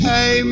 Hey